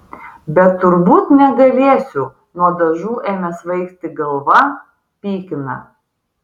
bet turbūt negalėsiu nuo dažų ėmė svaigti galva pykina